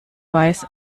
weiß